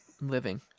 living